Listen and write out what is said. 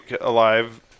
alive